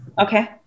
Okay